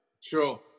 Sure